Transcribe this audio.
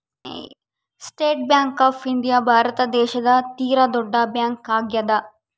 state bank of India Bharat ದೇಶದ ತೀರ ದೊಡ್ಡ ಬ್ಯಾಂಕ್ ಆಗ್ಯಾದ